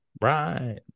Right